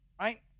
Right